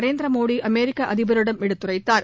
நரேந்திர மோடி அமெரிக்க அதிபரிடம் எடுத்துரைத்தார்